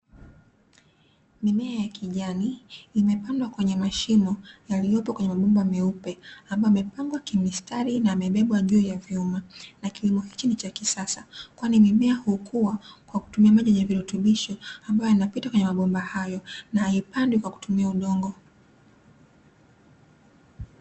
Mimea ya kijani imepandwa kwenye mashimo yaliyopo kwenye mabomba meupe ambayo yamepangwa kimistari na yamebebwa juu ya vyuma na kilimo hichi ni cha kisasa kwani mimea hukua kwa kutumia maji yenye virutubisho ambayo yanapita kwenye mabomba hayo na haipandwi kwa kutumia udongo.